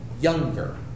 younger